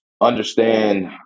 understand